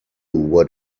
what